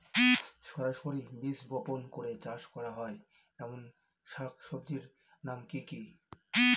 সরাসরি বীজ বপন করে চাষ করা হয় এমন শাকসবজির নাম কি কী?